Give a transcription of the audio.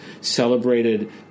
celebrated